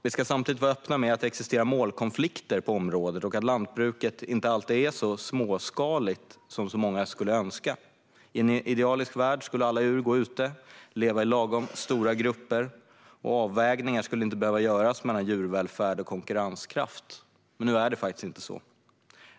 Vi ska samtidigt vara öppna med att det existerar målkonflikter på området och att lantbruket inte alltid är så småskaligt som många skulle önska. I en idealisk värld skulle alla djur gå ute och leva i lagom stora grupper, och avvägningar skulle inte behöva göras mellan djurvälfärd och konkurrenskraft. Nu är det faktiskt inte så.